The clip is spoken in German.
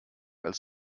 als